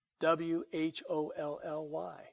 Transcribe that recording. W-H-O-L-L-Y